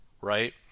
right